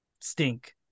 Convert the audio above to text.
stink